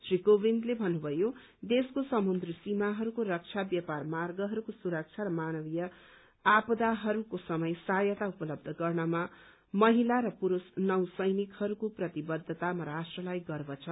श्री कोविन्दले भन्नुभयो देशको समुद्री सीमाहरूको रक्षा व्यापार मार्गहरूको सुरक्षा र मानवीय आपदाहरूको समय सहायता उपलब्ध गर्नमा महिला र पुरूष नौ सैनिकहरूको प्रतिबद्धतामा राष्ट्रलाई गर्व छ